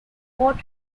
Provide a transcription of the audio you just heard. port